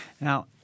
Now